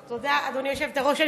תודה, גברתי היושבת-ראש.